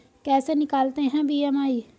कैसे निकालते हैं बी.एम.आई?